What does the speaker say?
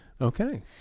Okay